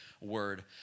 word